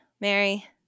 Mary